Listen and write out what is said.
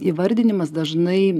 įvardinimas dažnai